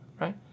right